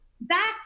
back